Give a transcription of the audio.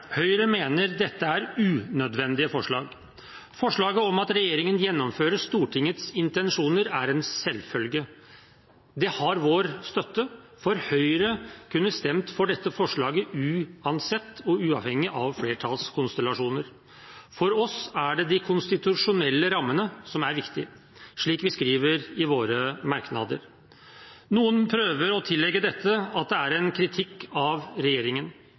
Høyre mener dette er unødvendige forslag. Forslaget om at regjeringen gjennomfører Stortingets intensjoner, er en selvfølge. Det har vår støtte, for Høyre kunne stemt for dette forslaget uansett og uavhengig av flertallskonstellasjoner. For oss er det de konstitusjonelle rammene som er viktig, slik vi skriver i våre merknader. Noen prøver å legge i dette at det er en kritikk av regjeringen.